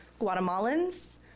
Guatemalans